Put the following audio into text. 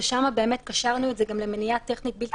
ושם קשרנו את זה למניעה טכנית בלתי צפויה,